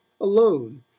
alone